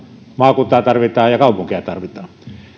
maakuntaa tarvitaan ja kaupunkeja tarvitaan